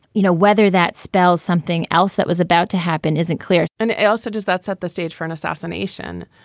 you know, whether that spells something else that was about to happen isn't clear. and also, does that set the stage for an assassination?